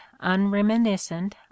unreminiscent